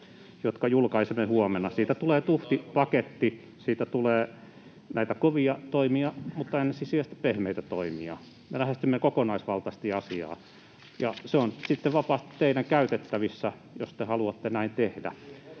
jotka julkaisemme huomenna. Siitä tulee tuhti paketti: siinä tulee näitä kovia toimia mutta ensisijaisesti pehmeitä toimia, me lähestymme kokonaisvaltaisesti asiaa. Se on sitten vapaasti teidän käytettävissänne, jos te haluatte näin tehdä.